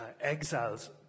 exiles